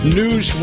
news